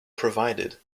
provided